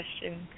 question